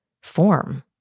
form